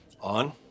On